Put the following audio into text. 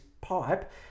pipe